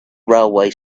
railway